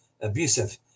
abusive